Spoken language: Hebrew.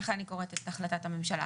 ככה אני קוראת את החלטת הממשלה.